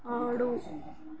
ఆడు